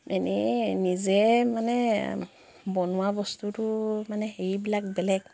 এনেই নিজে মানে বনোৱা বস্তুটো মানে হেৰিবিলাক বেলেগ